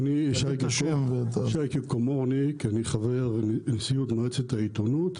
אני חבר נשיאות מועצות העיתונות,